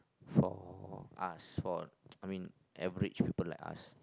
for us for I mean average poeple like us